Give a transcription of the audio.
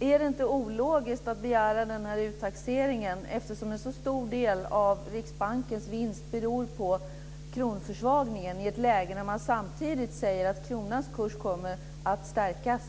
Är det inte ologiskt att begära den här uttaxeringen när en så stor del av Riksbankens vinst beror på kronförsvagningen? Detta sker i ett läge där man samtidigt säger att kronans kurs kommer att stärkas.